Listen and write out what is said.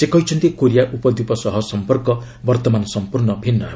ସେ କହିଛନ୍ତି କୋରିଆ ଉପଦ୍ୱୀପ ସହ ସଂପର୍କ ବର୍ତ୍ତମାନ ସଂପୂର୍ଣ୍ଣ ଭିନ୍ନ ହେବ